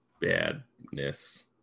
badness